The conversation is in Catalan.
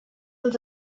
els